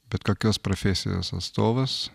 bet kokios profesijos atstovas